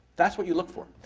that's what you look for.